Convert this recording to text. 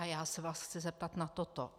Já se vás chci zeptat na toto.